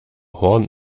horn